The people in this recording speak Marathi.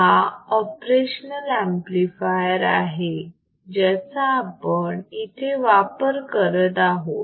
हा ऑपरेशनल ऍम्प्लिफायर आहे ज्याचा आपण येथे वापर करत आहोत